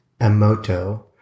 Emoto